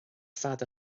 fad